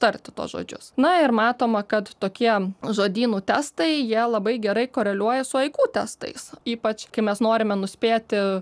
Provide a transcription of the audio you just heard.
tarti tuos žodžius na ir matoma kad tokie žodynų testai jie labai gerai koreliuoja su aiku testais ypač kai mes norime nuspėti